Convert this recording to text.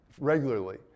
regularly